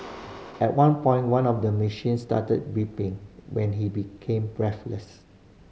at one point one of the machines started beeping when he became breathless